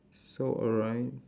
so alright